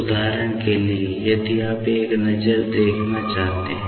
उदाहरण के लिए यदि आप एक नज़र देखना चाहते हैं